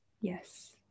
Yes